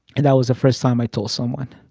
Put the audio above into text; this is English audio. and that was the first time i told someone.